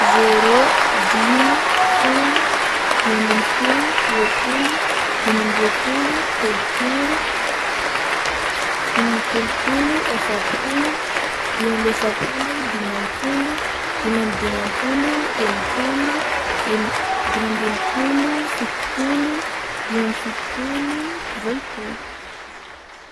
Zero, dimy, folo, dimy ambin'ny folo, roapolo, dimy amby roapolo, telopolo, dimy amby telopolo, efapolo, dimy amby efapolo, dimampolo, dimy amby dimampolo, enimpolo, eni- dimy amby enimpolo, fitopolo, dimy amby fitopolo, valopolo.